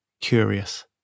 curious